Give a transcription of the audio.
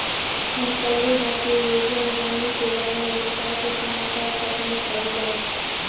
हम कल्लेह भारतीय योजनवन के बारे में विस्तार से समाचार पत्र में पढ़ लय